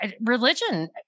religion